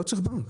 לא צריך בנק.